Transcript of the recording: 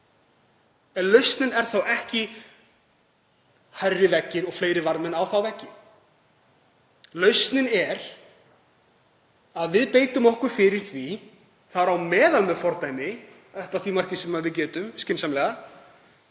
En lausnin er þá ekki hærri veggir og fleiri varðmenn á þá veggi. Lausnin er að við beitum okkur fyrir því, þar á meðal með fordæmi, upp að því marki sem við getum skynsamlega,